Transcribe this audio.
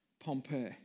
Pompeii